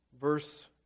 verse